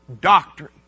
Doctrine